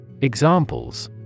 Examples